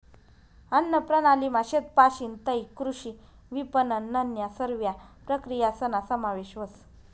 अन्नप्रणालीमा शेतपाशीन तै कृषी विपनननन्या सरव्या प्रक्रियासना समावेश व्हस